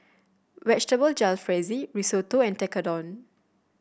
Vegetable Jalfrezi Risotto and Tekkadon